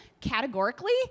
categorically